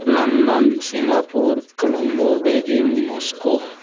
London Singapore Colombo Beijing Moscow